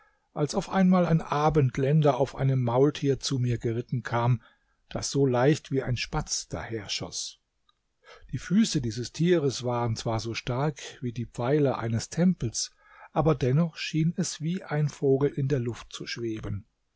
als auf einmal ein abendländer auf einem maultier zu mit geritten kam das so leicht wie ein spatz daherschoß die füße dieses tieres waren zwar so stark wie die pfeiler eines tempels aber dennoch schien es wie ein vogel in der luft zu schweben